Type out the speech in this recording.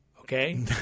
okay